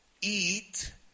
eat